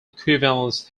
equivalence